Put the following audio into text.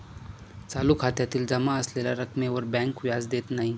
चालू खात्यातील जमा असलेल्या रक्कमेवर बँक व्याज देत नाही